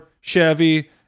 Chevy